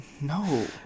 No